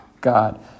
God